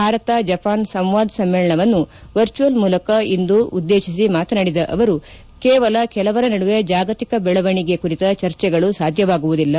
Bharat Japan Samvad ಸಮ್ನೇಳನವನ್ನು virtual ಮೂಲಕ ಇಂದು ಉದ್ದೇಶಿಸಿ ಮಾತನಾಡಿದ ಅವರು ಕೇವಲ ಕೆಲವರ ನಡುವೆ ಜಾಗತಿಕ ಬೆಳವಣಿಗೆ ಕುರಿತ ಚರ್ಚೆಗಳು ಸಾಧ್ವವಾಗುವುದಿಲ್ಲ